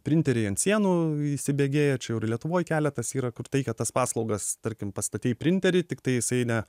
printeriai ant sienų įsibėgėja čia jau ir lietuvoj keletas yra kur teikia tas paslaugas tarkim pastatei printerį tiktai jisai ne